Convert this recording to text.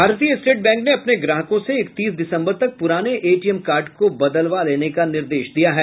भारतीय State Bank ने अपने ग्राहकों से इकतीस दिसंबर तक पूराने एटीएम कार्ड को बदलवा लेने का निर्देश दिया है